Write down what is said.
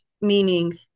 meaning